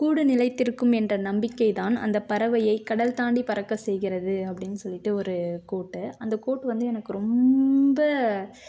கூடு நிலைத்திருக்கும் என்ற நம்பிக்கைதான் அந்த பறவையை கடல் தாண்டி பறக்க செய்கிறது அப்டின்னு சொல்லிட்டு ஒரு கோட்டு அந்த கோட்டு வந்து எனக்கு ரொம்ப